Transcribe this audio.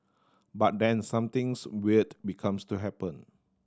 but then somethings weird becomes to happen